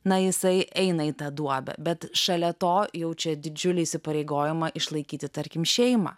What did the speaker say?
na jisai eina į tą duobę bet šalia to jaučia didžiulį įsipareigojimą išlaikyti tarkim šeimą